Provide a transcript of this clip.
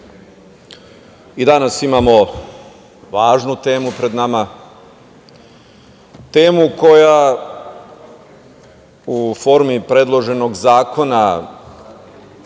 i danas imamo važnu temu pred nama, temu koja u formi predloženog zakona